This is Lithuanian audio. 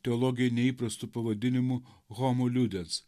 teologijai neįprastu pavadinimu homo liudens